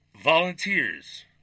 volunteers